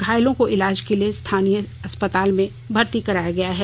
घायलों को इलाज के लिए स्थानीय अस्पताल में भर्ती कराया गया है